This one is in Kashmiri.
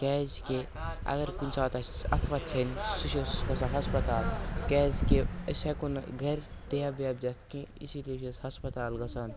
کیٛازِکہِ اگر کُنہِ ساتہٕ اَسہِ اَتھٕ وَتھٕ ژھٮ۪نہِ سُہ چھِ اَسہِ سوزان ہَسپَتال کیٛازِکہِ أسۍ ہٮ۪کو نہٕ گَرِ ٹیبہٕ ویٹہٕ دِتھ کینٛہہ اسی لیے چھِ أسۍ ہَسپَتال گژھان